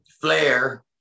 Flair